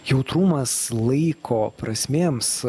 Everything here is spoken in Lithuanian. jautrumas laiko prasmėms